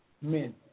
men